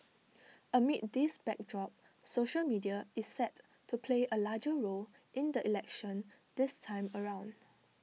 amid this backdrop social media is set to play A larger role in the election this time around